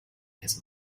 his